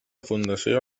fundació